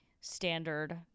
standard